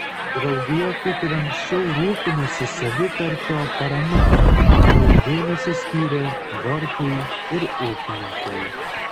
draugija kaip ir anksčiau rūpinosi savitarpio parama daug dėmesio skyrė varpui ir ūkininkui